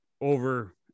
over